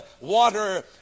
water